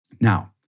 Now